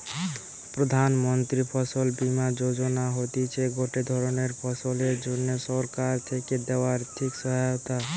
প্রধান মন্ত্রী ফসল বীমা যোজনা হতিছে গটে ধরণের ফসলের জন্যে সরকার থেকে দেয়া আর্থিক সহায়তা